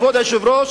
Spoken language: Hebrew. כבוד היושב-ראש,